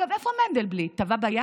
אגב, איפה מנדלבליט, טבע בים?